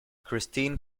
christine